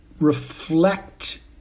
reflect